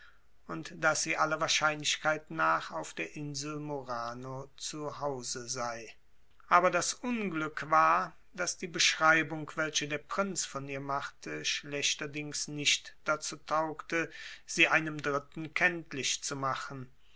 und daß sie aller wahrscheinlichkeit nach auf der insel murano zu hause sei aber das unglück war daß die beschreibung welche der prinz von ihr machte schlechterdings nicht dazu taugte sie einem dritten kenntlich zu machen